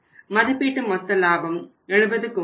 மதிப்பீட்டு மொத்த லாபம் 70 கோடிகள்